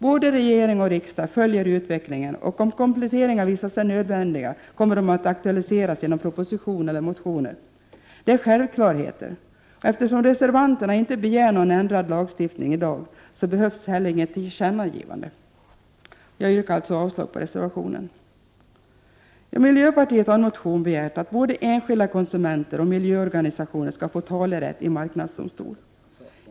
Både regering och riksdag följer utvecklingen, och om kompletteringar visar sig nödvändiga kommer de att aktualiseras genom proposition eller motioner. Det är självklarheter. Eftersom reservanterna inte begär någon ändrad lagstiftning i dag så behövs heller inget tillkännagivande. Jag yrkar alltså avslag på reservationen. Miljöpartiet har i en motion begärt att både enskilda konsumenter och miljöorganisationer skall få talerätt i marknadsdomstol.